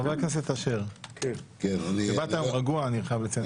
חבר הכנסת אשר, שבאת היום רגוע, אני חייב לציין.